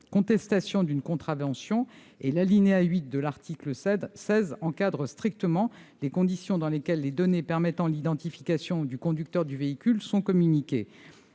conducteur doit rester identifiable. L'alinéa 8 de l'article 16 encadre strictement les conditions dans lesquelles les données permettant l'identification du conducteur du véhicule sont communiquées.